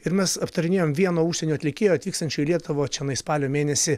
ir mes aptarinėjom vieno užsienio atlikėjo atvykstančio į lietuvą čionai spalio mėnesį